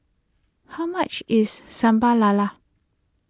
how much is Sambal Lala